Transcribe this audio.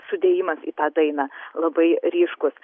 sudėjimas į tą dainą labai ryškus